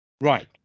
Right